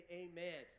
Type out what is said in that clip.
amen